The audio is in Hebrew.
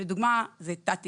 לדוגמה תת תקצוב,